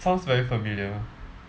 sounds very familiar